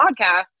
podcast